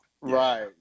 right